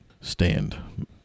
stand